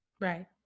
Right